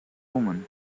woman